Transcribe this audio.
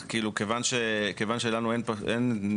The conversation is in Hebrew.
אני רוצה להבין בפרקטיקה כמו שאתה שאלת.